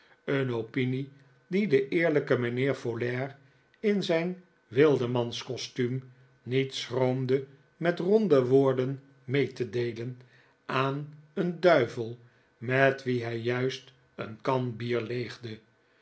een opinie die de eerlijke mijnheer folair in zijn wildemanscostuum niet schroomde met ronde woorden mee te deelen aan een duivel met wien hij juist een kan bier leegde